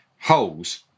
holes